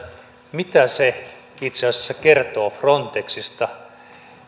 mitä se itse asiassa kertoo frontexista